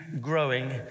growing